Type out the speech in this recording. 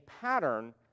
pattern